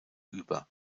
über